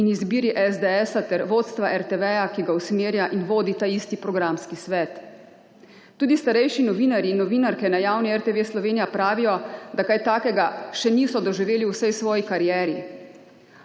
in izbiri SDS ter vodstva RTV, ki ga usmerja in vodi ta isti programski svet. Tudi starejši novinarji in novinarke na javni RTV Slovenija pravijo, da kaj takega še niso doživeli v vsej svoji karieri.